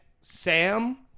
Sam